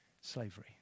slavery